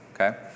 Okay